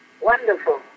Wonderful